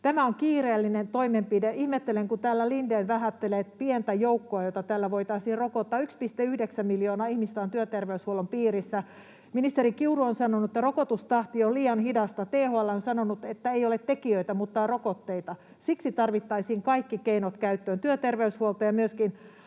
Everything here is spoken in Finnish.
Tämä on kiireellinen toimenpide. Ihmettelen, kun täällä Lindén vähättelee, että on pieni joukko, jota tällä voitaisiin rokottaa. 1,9 miljoonaa ihmistä on työterveyshuollon piirissä. Ministeri Kiuru on sanonut, että rokotustahti on liian hidas. THL on sanonut, että ei ole tekijöitä, mutta on rokotteita. Siksi tarvittaisiin kaikki keinot käyttöön, työterveyshuolto ja myöskin